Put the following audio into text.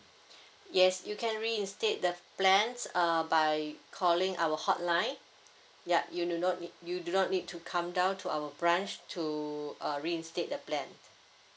yes you can reinstate the plans uh by calling our hotline yup you do not need you do not need to come down to our branch to uh reinstate the plan